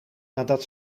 nadat